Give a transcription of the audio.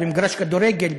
במגרש כדורגל,